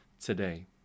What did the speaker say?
today